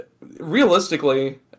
realistically